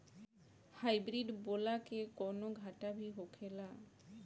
Hybrid बोला के कौनो घाटा भी होखेला?